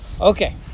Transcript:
Okay